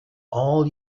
all